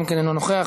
גם כן אינו נוכח.